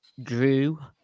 drew